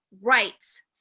rights